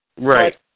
Right